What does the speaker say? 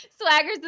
Swagger